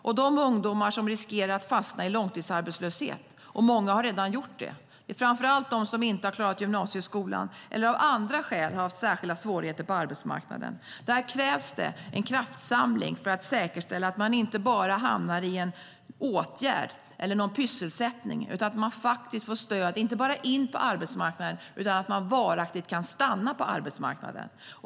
För de ungdomar som riskerar att fastna i långtidsarbetslöshet - och många har redan gjort det, framför allt de som inte har klarat gymnasieskolan eller av andra skäl har haft särskilda svårigheter på arbetsmarknaden - krävs det en kraftsamling för att säkerställa att man inte bara hamnar i en åtgärd eller någon "pysselsättning" utan att man faktiskt får stöd, inte bara in på arbetsmarknaden utan att man varaktigt kan stanna på arbetsmarknaden.